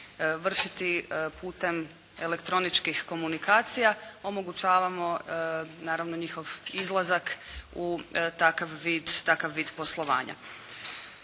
vršiti putem elektroničkih komunikacija omogućavamo naravno njihov izlazak u takav vid poslovanja.